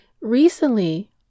Recently